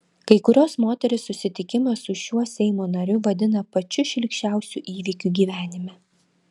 kai kurios moterys susitikimą su šiuo seimo nariu vadina pačiu šlykščiausiu įvykiu gyvenime